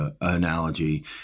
Analogy